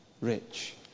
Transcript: rich